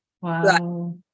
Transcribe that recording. wow